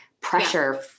pressure